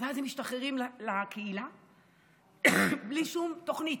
ואז הם משתחררים לקהילה בלי שום תוכנית.